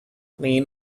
lean